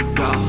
go